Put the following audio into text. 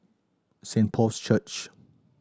Saint Paul's Church